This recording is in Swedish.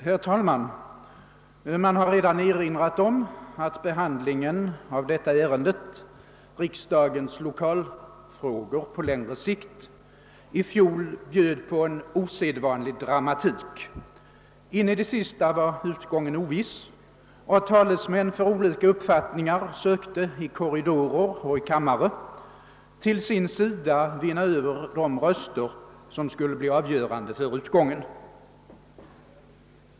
Herr talman! Man har redan erinrat om att behandlingen av detta ärende — riksdagens lokalfrågor på längre sikt — i fjol bjöd på en osedvalig dramatik. In i det sista var utgången oviss, och talesmän för olika uppfattningar sökte i korridorer och i kammare att till sin sida vinna de röster som skulle bli avgörande för utgången.